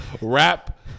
Rap